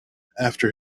after